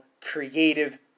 creative